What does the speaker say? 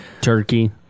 Turkey